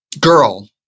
Girl